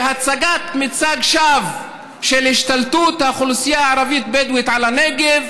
והצגת מצג שווא של השתלטות האוכלוסייה הערבית בדואית בנגב,